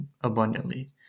abundantly